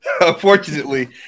unfortunately